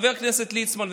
חבר הכנסת ליצמן,